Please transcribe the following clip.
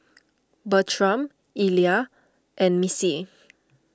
Bertram Illa and Missie